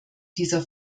dieser